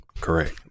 Correct